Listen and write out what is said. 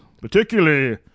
Particularly